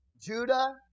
Judah